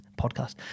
podcast